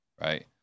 right